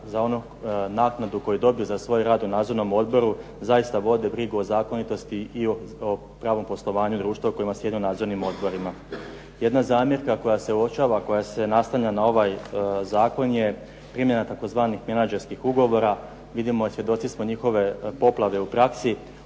za onu naknadu koju dobiju za rad u nadzornom odboru, zaista vode brigu o zakonitosti i o pravom poslovanju društva u kojima sjede u nadzornim odborima. Jedna zamjerka koja se uočava koja se naslanja na ovaj zakon je primjena tzv. menadžerskih ugovora. Vidimo i svjedoci smo njihove poplave u praksi,